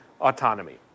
autonomy